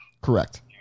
Correct